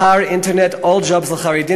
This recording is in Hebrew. יש אתר אינטרנט "אולג'ובס" לחרדים,